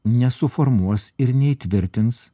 nesuformuos ir neįtvirtins